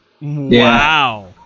Wow